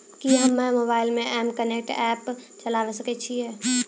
कि हम्मे मोबाइल मे एम कनेक्ट एप्प चलाबय सकै छियै?